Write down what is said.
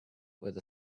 with